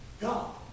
God